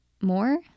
more